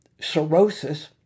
cirrhosis